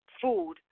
food